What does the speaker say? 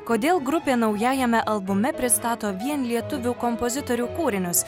kodėl grupė naujajame albume pristato vien lietuvių kompozitorių kūrinius